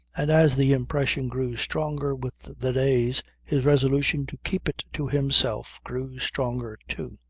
and as the impression grew stronger with the days his resolution to keep it to himself grew stronger too.